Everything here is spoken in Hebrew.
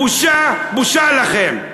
בושה, בושה, בושה לכם.